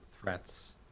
threats